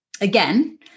again